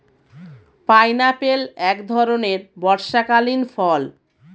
pineapple এক ধরণের বর্ষাকালীন ফল